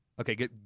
Okay